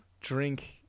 drink